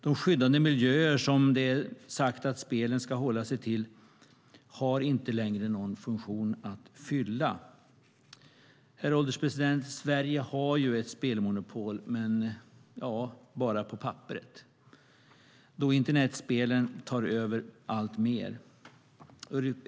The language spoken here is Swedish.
De skyddade miljöer som det är sagt att spelen ska hålla sig inom har inte längre någon funktion att fylla. Herr ålderspresident! Sverige har ett spelmonopol men bara på papperet eftersom internetspelen tar över mer och mer.